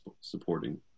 supporting